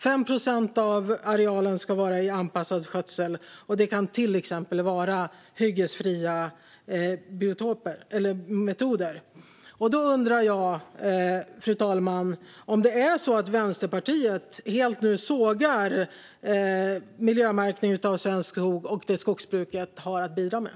5 procent av arealen ska vara i anpassad skötsel, och det kan till exempel vara hyggesfria metoder. Jag undrar om Vänsterpartiet nu helt sågar miljömärkning av svensk skog och det skogsbruket har att bidra med.